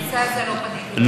אני לא פניתי ליועץ המשפטי.